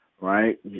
right